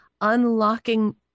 unlocking